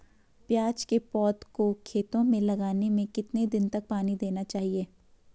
प्याज़ की पौध को खेतों में लगाने में कितने दिन तक पानी देना चाहिए?